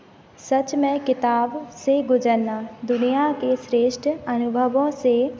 सच में किताब से गुज़रना दुनिया के श्रेष्ठ अनुभवों से